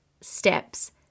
steps